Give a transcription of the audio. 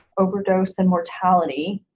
overdose and mortality,